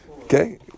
Okay